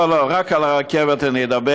לא, לא, רק על הרכבת אני אדבר.